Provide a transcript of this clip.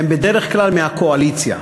והם בדרך כלל מהקואליציה,